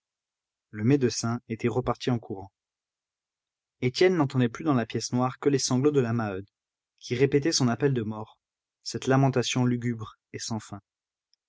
le médecin était reparti en courant étienne n'entendait plus dans la pièce noire que les sanglots de la maheude qui répétait son appel de mort cette lamentation lugubre et sans fin